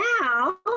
now